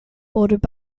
bordered